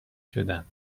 شدند